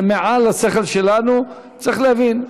זה מעל השכל שלנו, צריך להבין.